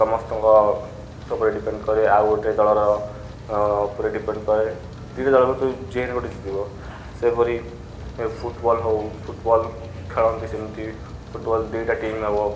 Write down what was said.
ସମସ୍ତଙ୍କ ଉପରେ ଡିପେଣ୍ଡ କରେ ଆଉ ଗୋଟେ ଦଳର ଉପରେ ଡିପେଣ୍ଡ କରେ ଦୁଇଟା ଦଳ ମଧ୍ୟରୁ ଯେହେନି ଗୋଟେ ଜିତିବ ସେପରି ଫୁଟବଲ ହଉ ଫୁଟବଲ ଖେଳନ୍ତି ସେମିତି ଫୁଟବଲ ଦୁଇଟା ଟିମ୍ ହବ